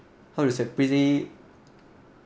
how to say pretty